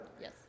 Yes